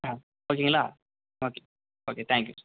ஆ ஓகேங்களா okay okay thank you